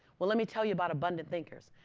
well, let me tell you about abundant thinkers.